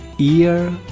ear,